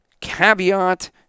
Caveat